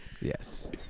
Yes